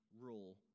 rule